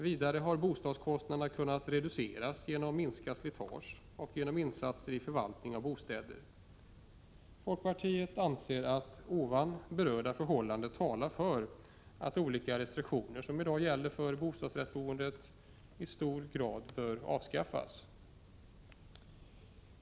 Vidare har bostadskostnaderna kunnat reduceras genom minskat slitage och genom de boendes egna insatser i förvaltningen av bostäderna. Folkpartiet anser att de förhållanden jag här har berört talar för att restriktioner som i dag gäller för bostadsrättsboendet i stor utsträckning bör avskaffas.